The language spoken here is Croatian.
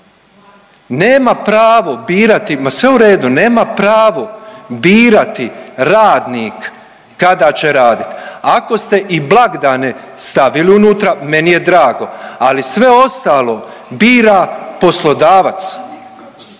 nema pravo birati radnik kada će radit, a ako ste i blagdane stavili unutra meni je drago, ali sve ostalo bira poslodavac,